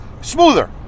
smoother